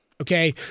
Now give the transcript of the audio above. okay